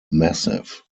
massive